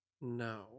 no